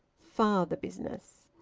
father-business.